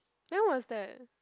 when was that